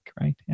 right